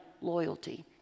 loyalty